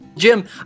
Jim